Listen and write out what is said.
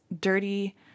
dirty